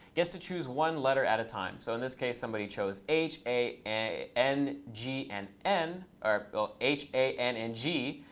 gets to choose one letter at a time. so in this case, somebody chose h a a n g and m, or h a n and g.